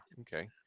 Okay